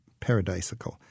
paradisical